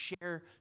share